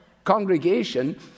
congregation